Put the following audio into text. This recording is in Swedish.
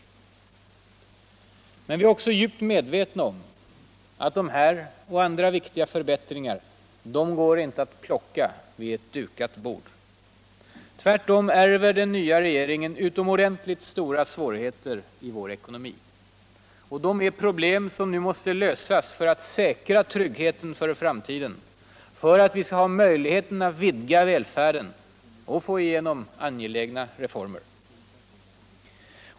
Men vi är också djupt medvetna om att dessa och andra viktiga förbältringar inte går att plocka vid ett dukat bord. Tvärtom ärver den nya regeringen utomordentligt stora svårigheter i vår ekonomi. Det är problem som nu måste lösas för att säkra tryggheten för framtiden, för att vi skall ha möjlighet att vidga välfärden och få igenom angeligna reformer.